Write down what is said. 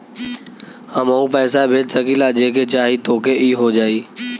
हमहू पैसा भेज सकीला जेके चाही तोके ई हो जाई?